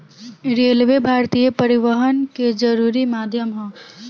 railway भारतीय परिवहन के जरुरी माध्यम ह